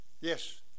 Yes